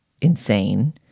insane